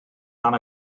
dan